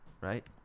right